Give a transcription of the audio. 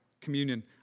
Communion